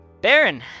Baron